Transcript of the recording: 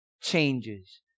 changes